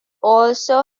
also